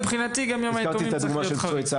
מבחינתי גם יום היתומים צריך להיות חריג.